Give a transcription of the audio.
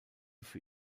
für